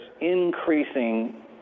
increasing